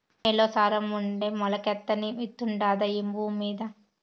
నేల్లో సారం ఉంటే మొలకెత్తని విత్తుండాదా ఈ భూమ్మీద